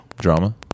drama